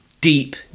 Deep